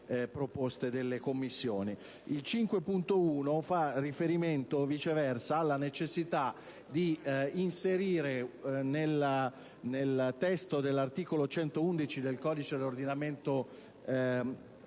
5.1 fa riferimento alla necessità di inserire nel testo del comma 1 dell'articolo 111 del codice dell'ordinamento militare